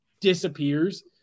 disappears